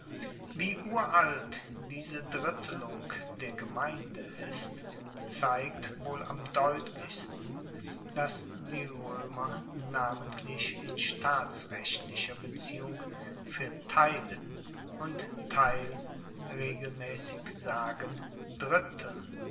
wie uralt diese drittelung der gemeinde ist zeigt wohl am deutlichsten dass die roemer namentlich in staatsrechtlicher beziehung fuer teilen und teil regelmaessig sagen dritteln